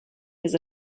his